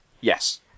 yes